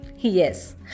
yes